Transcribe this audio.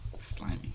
Slimy